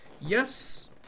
Yes